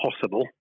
possible